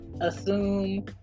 assume